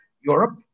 Europe